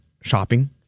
shopping